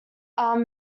are